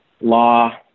law